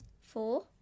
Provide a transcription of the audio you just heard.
four